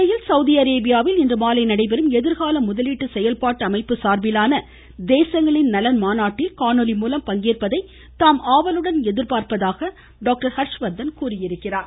இதனிடையே சவுதி அரேபியாவில் இன்றுமாலை நடைபெறும் எதிர்கால முதலீட்டு செயல்பாட்டு அமைப்பு சார்பிலான தேசங்களின் நலன் மாநாட்டில் காணொலி மூலம் பங்கேற்பதை தாம் ஆவலுடன் எதிர்பார்த்திருப்பதாக டாக்டர் ஹர்ஷ்வர்தன் தெரிவித்துள்ளார்